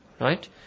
Right